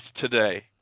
today